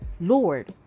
lord